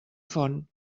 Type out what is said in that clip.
font